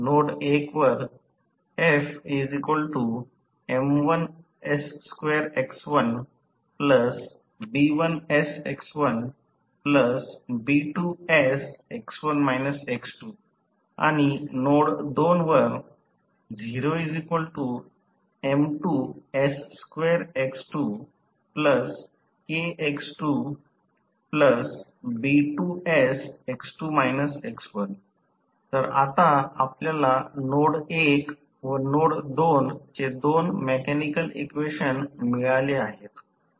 node 1 वर node 2 वर तर आता आपल्याला नोड 1 व नोड 2 चे दोन मेकॅनिकल इक्वेशन मिळाले आहेत